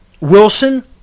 Wilson